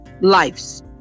lives